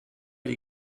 die